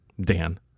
Dan